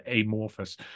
amorphous